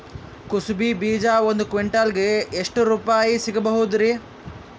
ಕುಸಬಿ ಬೀಜ ಒಂದ್ ಕ್ವಿಂಟಾಲ್ ಗೆ ಎಷ್ಟುರುಪಾಯಿ ಸಿಗಬಹುದುರೀ?